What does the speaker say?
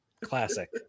Classic